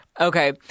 Okay